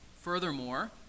Furthermore